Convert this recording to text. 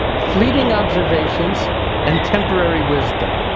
fleeting observations and temporary wisdom.